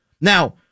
Now